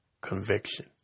conviction